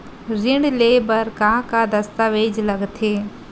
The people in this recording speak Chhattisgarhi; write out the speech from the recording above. ऋण ले बर का का दस्तावेज लगथे?